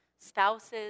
spouses